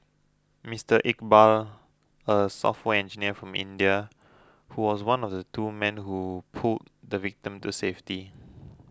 Mister Iqbal a software engineer from India who was one of the two men who pulled the victim to safety